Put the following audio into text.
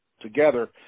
together